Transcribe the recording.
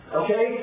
okay